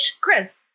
Chris